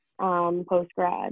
post-grad